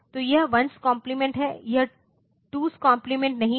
तो यह 1's complement है यह 2s कॉम्प्लीमेंट नहीं है